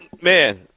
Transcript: man